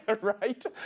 Right